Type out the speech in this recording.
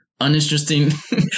uninteresting